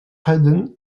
haydn